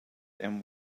and